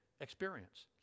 experience